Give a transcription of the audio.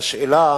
והשאלה